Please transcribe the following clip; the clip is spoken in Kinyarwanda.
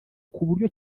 kuburyo